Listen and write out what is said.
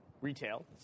retail